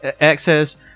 access